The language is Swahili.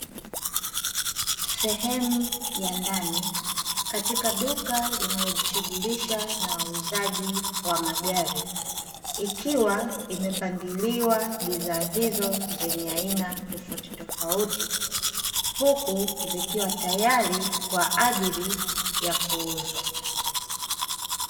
Sehemu ya ndani, katika duka linalojishughulisha na uuzaji wa magari, ikiwa imepangiliwa bidhaa hizo zenye aina tofautitofauti, huku zikiwa tayari kwa ajili ya kuuzwa.